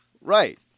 Right